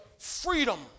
Freedom